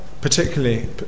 Particularly